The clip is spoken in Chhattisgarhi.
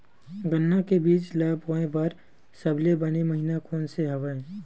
गन्ना के बीज ल बोय बर सबले बने महिना कोन से हवय?